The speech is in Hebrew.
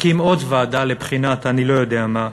מקים עוד ועדה לבחינת אני לא יודע מה,